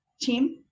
team